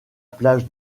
plage